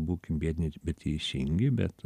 būkim biedni bet teisingi bet